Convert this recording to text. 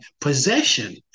Possession